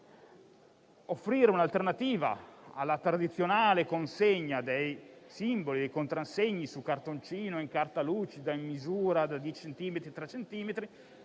offriamo, in alternativa alla tradizionale consegna dei simboli, dei contrassegni su cartoncino, in carta lucida, in misura da dieci